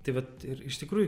tai vat ir iš tikrųjų